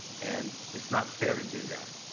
and it's not fair to do that.